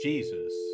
Jesus